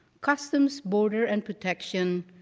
customs border and protection,